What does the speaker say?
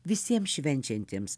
visiems švenčiantiems